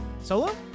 Solo